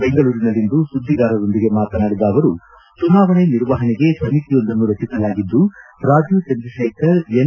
ಬೆಂಗಳೂರಿನಲ್ಲಿಂದು ಸುದ್ದಿಗಾರರೊಂದಿಗೆ ಮಾತನಾಡಿದ ಅವರು ಚುನಾವಣೆ ನಿರ್ವಹಣೆಗೆ ಸಮಿತಿಯೊಂದನ್ನು ರಚಿಸಲಾಗಿದ್ದು ರಾಜೀವ್ ಚಂದ್ರಶೇಖರ್ ಎನ್